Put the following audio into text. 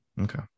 Okay